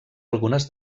algunes